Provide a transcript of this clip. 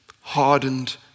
Hardened